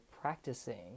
practicing